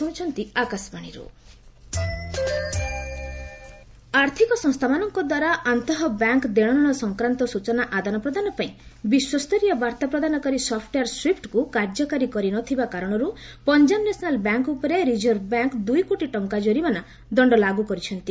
PNB penalty ଆର୍ଥିକ ସଂସ୍ଥାମାନଙ୍କ ଦ୍ୱାରା ଆନ୍ତଃ ବ୍ୟାଙ୍କ୍ ଦେଶନେଣ ସଂକ୍ରାନ୍ତ ସୂଚନା ଆଦାନ ପ୍ରଦାନ ପାଇଁ ବିଶ୍ୱସ୍ତରୀୟ ବାର୍ତ୍ତା ପ୍ରଦାନକାରୀ ସପ୍ଟୱେୟାର୍ ସ୍ୱିଫ୍ଟକୁ କାର୍ଯ୍ୟକାରି କରିନଥିବା କାରଣରୁ ପଞ୍ଜାବ ନ୍ୟାସନାଲ୍ ବ୍ୟାଙ୍କ୍ ଉପରେ ରିକର୍ଭ ବ୍ୟାଙ୍କ୍ ଦୁଇ କୋଟି ଟଙ୍କା କରିମାନା ଦଣ୍ଡ ଲାଗୁ କରିଛନ୍ତି